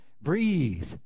breathe